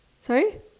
sorry